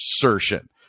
assertion